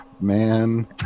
Man